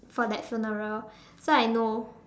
for that funeral so I know